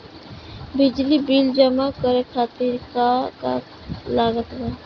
बिजली बिल जमा करे खातिर का का लागत बा?